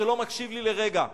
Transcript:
שלא מקשיב לי לרגע,